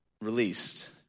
released